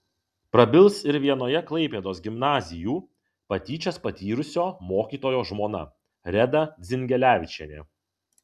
prabils ir vienoje klaipėdos gimnazijų patyčias patyrusio mokytojo žmona reda dzingelevičienė